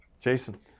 Jason